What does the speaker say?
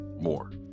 more